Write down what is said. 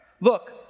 Look